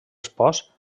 espòs